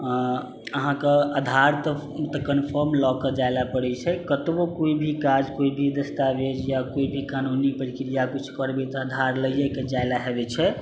अहाँकेँ आधार तऽ कन्फर्म लऽ कऽ जाए ला पड़ैत छै कतबो कोइ भी काज कोइ भी दस्तावेज या कोइ भी कानूनी प्रक्रिआ किछु करबै तऽ आधार लैके जाए ला होइत छै